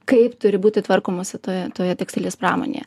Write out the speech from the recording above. kaip turi būti tvarkomasi toje toje tekstilės pramonėje